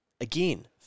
Again